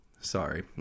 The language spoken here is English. Sorry